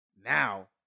Now